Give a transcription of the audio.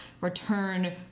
return